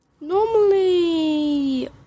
Normally